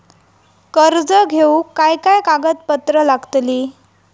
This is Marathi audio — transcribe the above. कर्ज घेऊक काय काय कागदपत्र लागतली?